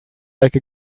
like